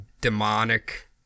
demonic